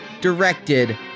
directed